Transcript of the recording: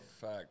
fact